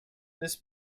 this